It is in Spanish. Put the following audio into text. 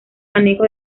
manejo